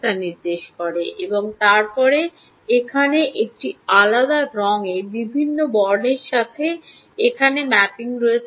তা নির্দেশ করবে এবং তারপরে এখানে একটি আলাদা রঙে বিভিন্ন বর্ণের সাথে এখানে ম্যাপিং রয়েছে